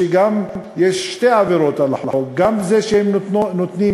שיש שתי עבירות על החוק: גם שהם נותנים